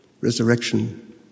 resurrection